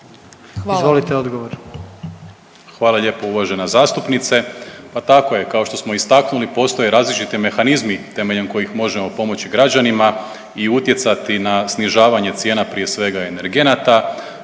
**Primorac, Marko** Hvala lijepo uvažena zastupnice. Pa tako je, kao što smo istaknuli postoje različiti mehanizmi temeljem kojih možemo pomoći građanima i utjecati na snižavanje cijena prije svega energenata,